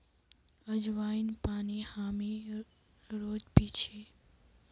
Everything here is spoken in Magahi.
अज्वाइन पानी हामी रोज़ पी छी